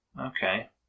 Okay